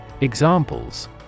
Examples